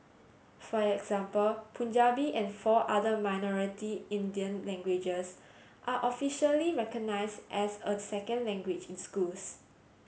for example Punjabi and four other minority Indian languages are officially recognised as a second language in schools